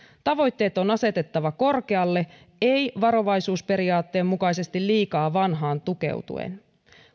tavoitteet on asetettava korkealle ei varovaisuusperiaatteen mukaisesti liikaa vanhaan tukeutuen